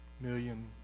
million